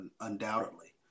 undoubtedly